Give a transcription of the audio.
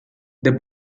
the